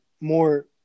more